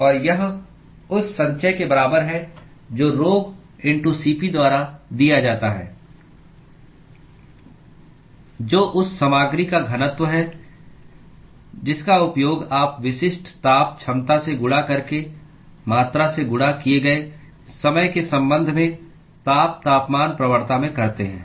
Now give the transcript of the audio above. और यह उस संचय के बराबर है जो rhoCp द्वारा दिया जाता है जो उस सामग्री का घनत्व है जिसका उपयोग आप विशिष्ट ताप क्षमता से गुणा करके मात्रा से गुणा किए गए समय के संबंध में ताप तापमान प्रवणता में करते हैं